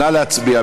נא להצביע.